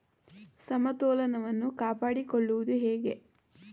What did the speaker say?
ಸಮತೋಲನವನ್ನು ಕಾಪಾಡಿಕೊಳ್ಳುವುದು ಹೇಗೆ?